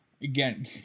again